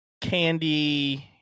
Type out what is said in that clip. candy